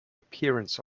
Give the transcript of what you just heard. appearance